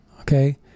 okay